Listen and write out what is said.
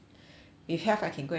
if health I can go and earn money